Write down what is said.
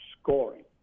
scoring